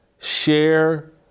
share